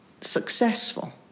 successful